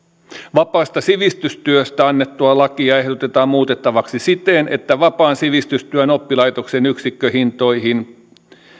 vapaasta sivistystyöstä annettua lakia ehdotetaan muutettavaksi siten että vapaan sivistystyön oppilaitosten yksikköhintoihin